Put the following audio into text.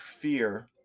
fear